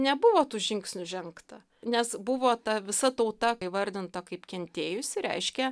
nebuvo tų žingsnių žengta nes buvo ta visa tauta įvardinta kaip kentėjusi reiškia